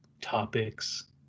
topics